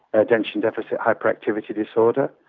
attention deficit hyperactivity disorder,